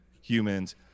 humans